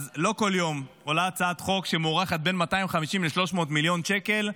אז לא כל יום עולה הצעת חוק שמוערכת בין 250 ל-300 מיליון שקל,